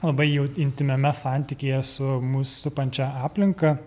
labai jau intymiame santykyje su mus supančia aplinka